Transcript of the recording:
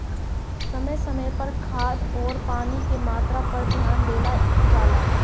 समय समय पर खाद अउरी पानी के मात्रा पर ध्यान देहल जला